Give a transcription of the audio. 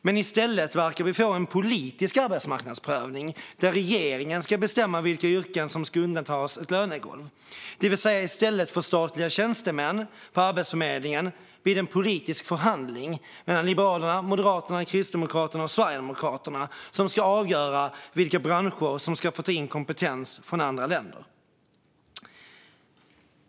Men i stället verkar vi få en politisk arbetsmarknadsprövning, där regeringen ska bestämma vilka yrken som ska undantas från ett lönegolv. I stället för statliga tjänstemän på Arbetsförmedlingen blir det alltså en politisk förhandling mellan Liberalerna, Moderaterna, Kristdemokraterna och Sverigedemokraterna som ska avgöra vilka branscher som ska få ta in kompetens från andra länder.